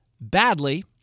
badly